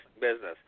business